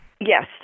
Yes